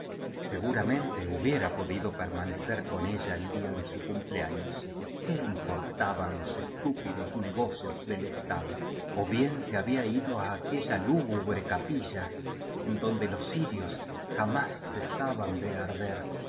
seguramente hubiera podido permanecer con ella el día de su cumpleaños qué importábanlos estúpidos negocios del estado o bien se había ido á aquella lúgubre capilla en donde los cirios jamás cesaban de arder